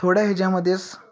थोड्या ह्याच्यामध्येस